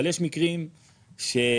אבל,